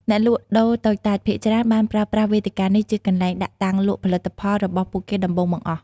អ្នកលក់ដូរតូចតាចភាគច្រើនបានប្រើប្រាស់វេទិកានេះជាកន្លែងដាក់តាំងលក់ផលិតផលរបស់ពួកគេដំបូងបង្អស់។